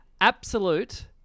absolute